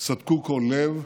סדקו כל לב,